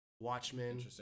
Watchmen